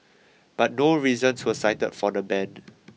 but no reasons were cited for the ban